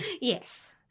yes